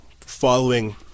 following